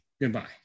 goodbye